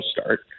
start